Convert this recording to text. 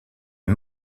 est